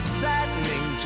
saddening